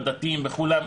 הדתיים וכולי,